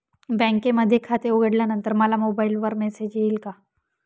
बँकेमध्ये खाते उघडल्यानंतर मला मोबाईलवर मेसेज येईल का?